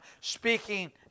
speaking